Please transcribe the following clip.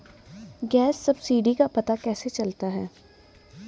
Gas subsidy का पता कैसे चलता है?